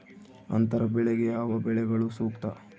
ಅಂತರ ಬೆಳೆಗೆ ಯಾವ ಬೆಳೆಗಳು ಸೂಕ್ತ?